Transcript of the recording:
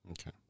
Okay